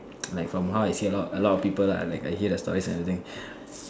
like from how I see a lot a lot of people lah like I hear the stories and everything